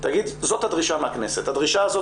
תגיד 'זאת הדרישה מהכנסת' הדרישה הזאת